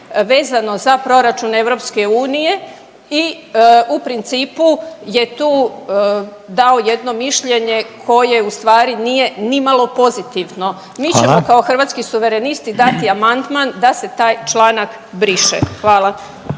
vezano za proračun EU i u principu je tu dao jedno mišljenje koje ustvari nije nimalo pozitivno. …/Upadica Reiner: Hvala./… Mi ćemo kao Hrvatski suverenisti dati amandman da se taj članak briše. Hvala.